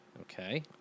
Okay